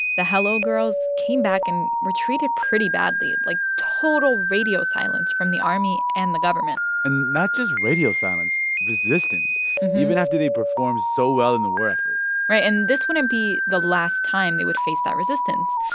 the hello girls came back and were treated pretty badly like, total radio silence from the army and the government and not just radio silence, resistance even after they performed so well in the war effort right. and this wouldn't be the last time they would face that resistance.